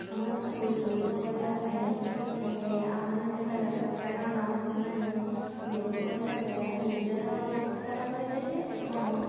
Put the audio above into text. ସମସ୍ତଙ୍କୁ ଯୋଗ କରିବା ପାଇଁ ଆହ୍ୱାନ ଦେବା ଦରକାର କାରଣ ସେମାନେ ଯୋଗ କରିବା ଦ୍ୱାରା ନିଜର ଉପକାର କରିପାରିବେ ଏବଂ